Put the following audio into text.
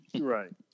Right